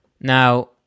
now